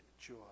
joy